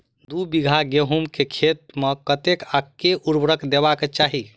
दु बीघा गहूम केँ खेत मे कतेक आ केँ उर्वरक देबाक चाहि?